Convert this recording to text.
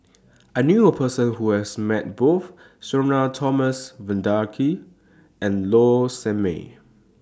I knew A Person Who has Met Both Sudhir Thomas Vadaketh and Low Sanmay